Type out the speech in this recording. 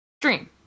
stream